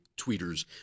tweeters